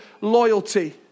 loyalty